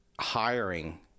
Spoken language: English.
hiring